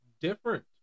different